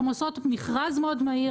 הן עושות מכרז מאוד מהיר,